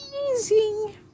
Amazing